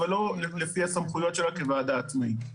אבל לא לפי הסמכויות שלה כוועדה עצמאית.